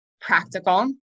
practical